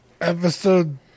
episode